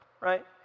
Right